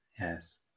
yes